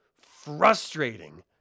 frustrating